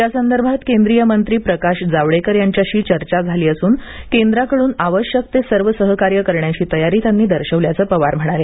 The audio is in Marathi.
त्यासंदर्भात केंद्रीय मंत्रीप्रकाश जावडेकर यांच्याशी चर्चा झाली असून केंद्राकडून आवश्यक ते सर्व सहकार्य करण्याची तयारी त्यांनी दर्शवल्याचं पवार म्हणाले